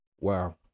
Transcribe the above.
wow